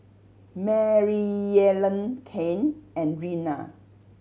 Maryellen Cain and Reina